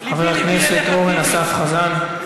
חבר הכנסת אורן אסף חזן.